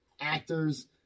actors